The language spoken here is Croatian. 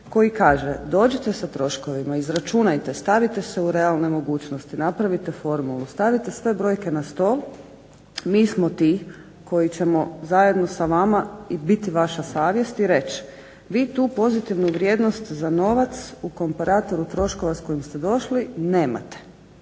koji kaže dođite sa troškovima, izračunajte, stavite se u realne mogućnosti, napravite formulu, stavite sve brojke na stol. Mi smo ti koji ćemo zajedno sa vama biti vaša savjest i reći. Vi tu pozitivnu vrijednost za novac u komparatoru troškova s kojim ste došli nemate.